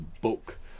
book